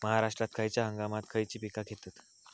महाराष्ट्रात खयच्या हंगामांत खयची पीका घेतत?